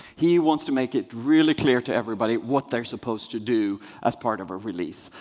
he wants to make it really clear to everybody what they're supposed to do as part of a release.